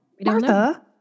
Martha